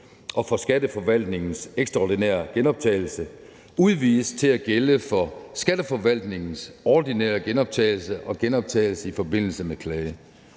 og for Skatteforvaltningens ekstraordinære genoptagelse, udvides til at gælde for Skatteforvaltningens ordinære genoptagelse og genoptagelse i forbindelse med klage.